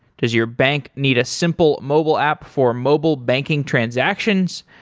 does your bank need a simple mobile app for mobile banking transactions?